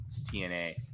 TNA